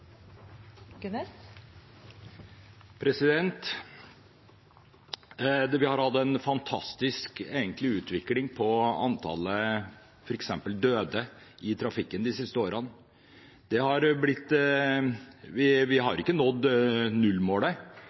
er medforslagsstiller. Vi har egentlig hatt en fantastisk utvikling når det gjelder f.eks. antallet døde i trafikken de siste årene. Vi har ikke nådd nullmålet,